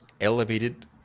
elevated